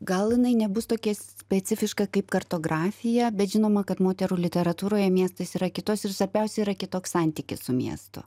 gal jinai nebus tokia specifiška kaip kartografija bet žinoma kad moterų literatūroje miestas yra kitos ir svarbiausia yra kitoks santykis su miestu